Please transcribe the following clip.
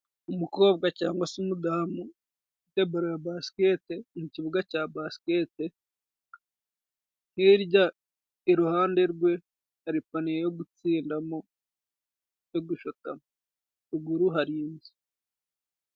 Umukobwa cyangwa se umudamu ufite baro ya basikete, mu kibuga cya basikete ,hirya iruhande rwe hari paniye yo gutsindamo ,yo gushotamo ,ruguru hari inzu.